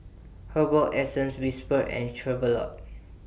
Herbal Essences Whisper and Chevrolet